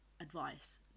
advice